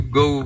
go